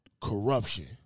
corruption